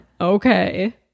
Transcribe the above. Okay